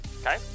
Okay